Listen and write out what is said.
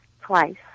Twice